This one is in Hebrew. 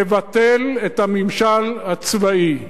לבטל את הממשל הצבאי.